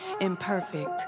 imperfect